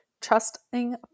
Trusting